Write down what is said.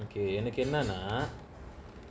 okay எனக்குஎன்னனா:enaku ennana